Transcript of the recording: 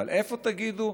אבל איפה תגידו?